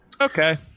okay